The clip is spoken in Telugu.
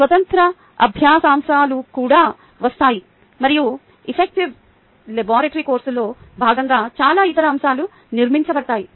స్వతంత్ర అభ్యాస అంశాలు కూడా వస్తాయి మరియు ఎఫ్ఫెక్టివ్ లాబరేటరీ కోర్సులో భాగంగా చాలా ఇతర అంశాలు నిర్మించబడతాయి